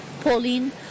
Pauline